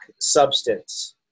substance